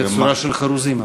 בצורה של חרוזים אבל.